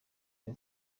ryo